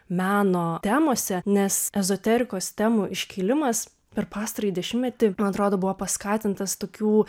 meno temose nes ezoterikos temų iškilimas per pastarąjį dešimtmetį atrodo buvo paskatintas tokių